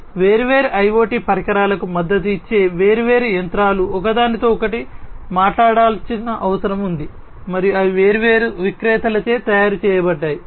కాబట్టి వేర్వేరు IoT పరికరాలకు మద్దతు ఇచ్చే వేర్వేరు యంత్రాలు ఒకదానితో ఒకటి మాట్లాడాల్సిన అవసరం ఉంది మరియు అవి వేర్వేరు విక్రేతలచే తయారు చేయబడ్డాయి